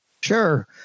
Sure